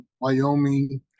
Wyoming